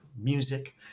music